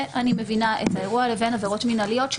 לבין עבירות מינהליות,